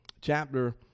chapter